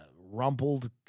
rumpled